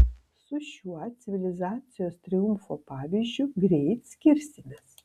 su šiuo civilizacijos triumfo pavyzdžiu greit skirsimės